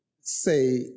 say